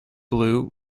blue